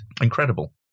Incredible